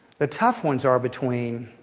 the tough ones are between